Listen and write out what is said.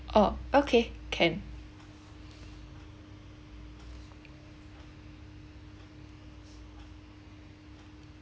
orh okay can